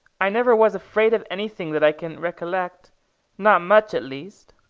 i never was afraid of anything that i can recollect not much, at least.